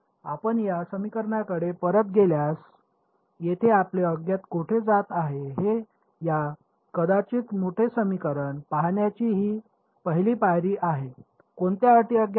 आपण या समीकरणाकडे परत गेल्यास येथे आपले अज्ञात कोठे जात आहे हे या कदाचित मोठे समीकरण पाहण्याची ही आपली पायरी आहे कोणत्या अटी अज्ञात आहेत